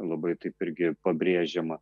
labai taip irgi pabrėžiama